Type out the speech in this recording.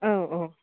औ औ